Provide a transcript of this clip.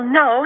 no